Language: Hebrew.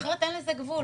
אחרת, אין לזה גבול.